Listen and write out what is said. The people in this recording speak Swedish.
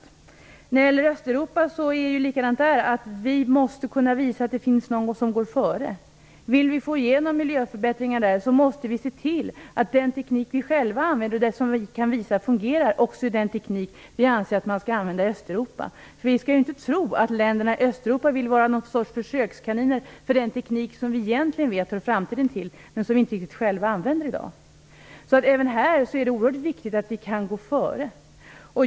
Även när det gäller Östeuropa måste vi kunna visa att det finns någon som går före. Vill vi få igenom miljöförbättringar där, måste vi se till att den teknik vi själva använder och som vi kan visa fungerar också är den som vi anser att man skall använda i Östeuropa. Vi skall inte tro att länderna i Östeuropa vill vara någon sorts försökskaniner för den teknik som vi egentligen vet hör framtiden till men som vi själva inte använder i dag. Även i den här frågan är det därför oerhört viktigt att vi kan gå före.